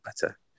better